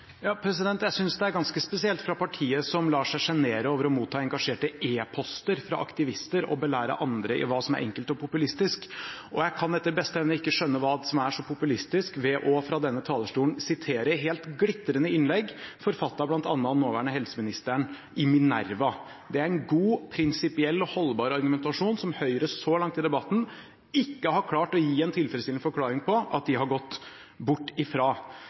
Jeg synes at det er ganske spesielt at partiet som lar seg sjenere av å motta engasjerte e-poster fra aktivister, belærer andre i hva som er enkelt og populistisk. Og jeg kan etter beste evne ikke skjønne hva som er så populistisk med fra denne talerstolen å sitere et helt glitrende innlegg – forfattet bl.a. av den nåværende helseministeren – i Minerva. Det er en god, prinsipiell og holdbar argumentasjon, som Høyre så langt i debatten ikke har klart å gi en tilfredsstillende forklaring på hvorfor de har gått bort